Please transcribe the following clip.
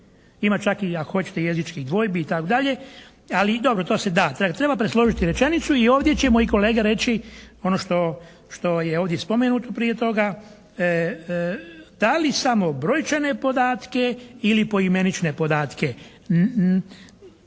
ima čak i ako hoćete i jezičnih dvojbi itd., ali i dobro to se da, treba presložiti rečenicu i ovdje će moji kolege reći ono što je ovdje spomenuto prije toga da li samo brojčane podatke ili poimenične podatke.